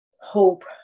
Hope